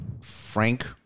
Frank